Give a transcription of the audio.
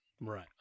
Right